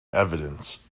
evidence